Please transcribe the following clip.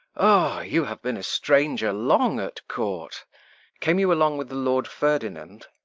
o, you have been a stranger long at court came you along with the lord ferdinand?